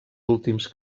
últims